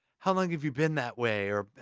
how long have you been that way? or,